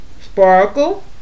Sparkle